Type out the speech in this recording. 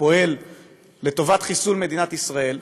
שפועל לחיסול מדינת ישראל,